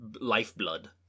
lifeblood